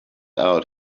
out